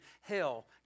hell